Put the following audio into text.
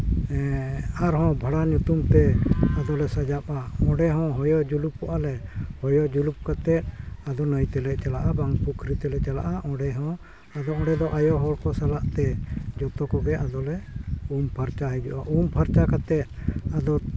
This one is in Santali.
ᱟᱨ ᱦᱚᱸ ᱵᱷᱟᱸᱰᱟᱱ ᱧᱩᱛᱩᱢᱛᱮ ᱟᱫᱚ ᱞᱮ ᱥᱟᱡᱟᱜᱼᱟ ᱚᱸᱰᱮ ᱦᱚᱸ ᱦᱚᱭᱚ ᱡᱩᱞᱩᱯᱚᱜ ᱟᱞᱮ ᱦᱚᱭᱚ ᱡᱩᱞᱩᱯ ᱠᱟᱛᱮ ᱟᱫᱚ ᱱᱟᱹᱭ ᱛᱮᱞᱮ ᱪᱟᱞᱟᱜᱼᱟ ᱵᱟᱝ ᱯᱩᱠᱷᱨᱤ ᱛᱮᱞᱮ ᱪᱟᱞᱟᱜᱼᱟ ᱚᱸᱰᱮ ᱦᱚᱸ ᱟᱫᱚ ᱚᱸᱰᱮ ᱫᱚ ᱟᱭᱳ ᱦᱚᱲ ᱦᱚᱲ ᱠᱚ ᱥᱟᱞᱟᱜᱛᱮ ᱡᱚᱛᱚ ᱠᱚᱜᱮ ᱟᱫᱚᱞᱮ ᱩᱢ ᱯᱷᱟᱨᱪᱟ ᱦᱤᱡᱩᱜᱼᱟ ᱩᱢ ᱯᱷᱟᱨᱪᱟ ᱠᱟᱛᱮᱫ ᱟᱫᱚ